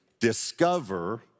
Discover